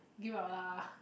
give up lah